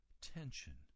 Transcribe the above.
tension